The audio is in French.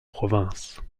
provinces